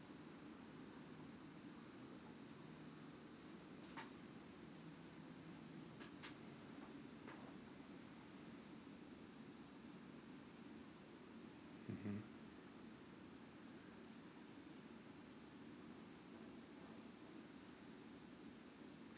mmhmm